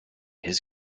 his